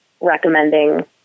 recommending